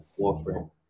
Warframe